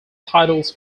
titles